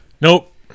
Nope